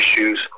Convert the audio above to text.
issues